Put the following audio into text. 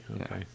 okay